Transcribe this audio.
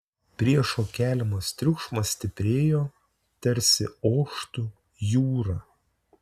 priešo keliamas triukšmas stiprėjo tarsi oštų jūra